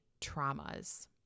traumas